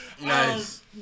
Nice